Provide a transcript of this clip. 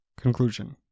Conclusion